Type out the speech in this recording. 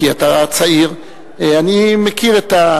כי אתה צעיר, אני מכיר את,